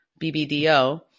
BBDO